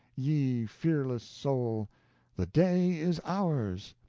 ye fearless soul the day is ours.